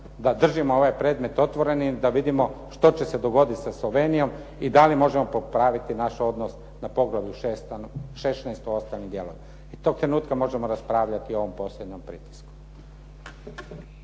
da držimo ovaj predmet otvorenim, da vidimo što će se dogoditi sa Slovenijom i da li možemo popraviti naš odnos na Poglavlju 16 u ostalim dijelovima i tog trenutka možemo raspravljati o ovom posljednjem pritisku.